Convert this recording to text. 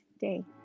day